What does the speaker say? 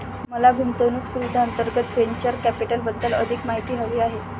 मला गुंतवणूक सुविधांअंतर्गत व्हेंचर कॅपिटलबद्दल अधिक माहिती हवी आहे